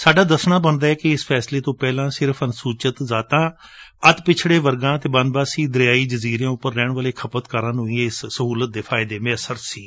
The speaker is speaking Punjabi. ਸਾਡਾ ਦਸਣਾ ਬਣਦਾ ਏ ਕਿ ਇਸ ਫੈਸਲੇ ਤੋ ਪਹਿਲਾਂ ਸਿਰਫ਼ ਅਨੁਸਚੂਤ ਜਾਂਤਾਂ ਅੱਤ ਪਿਛੜੇ ਵਰਗਾਂ ਅਤੇ ਬਨਬਾਸੀ ਦਰਿਆਈ ਜਜ਼ੀਰਿਆਂ ਉਪਰ ਰਹਿਣ ਵਾਲੇ ਖਪਤਕਾਰਾਂ ਨੂੰ ਹੀ ਇਸ ਸਹੁਲਤ ਦੇ ਫਾਇਦੇ ਮਯਸਰ ਸਨ